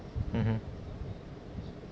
mmhmm